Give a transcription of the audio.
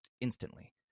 instantly